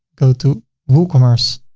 go to woocommerce,